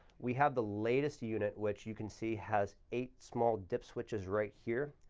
we have the latest unit, which you can see has eight small dip switches right here.